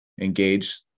engage